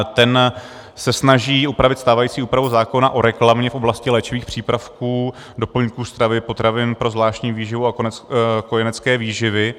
Ten se snaží upravit stávající úpravu zákona o reklamě v oblasti léčivých přípravků, doplňků stravy, potravin pro zvláštní výživu a kojenecké výživy.